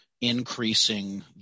increasing